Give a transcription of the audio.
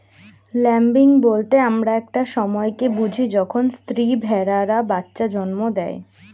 lambing বলতে আমরা একটা সময় কে বুঝি যখন স্ত্রী ভেড়ারা বাচ্চা জন্ম দেয়